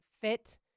fit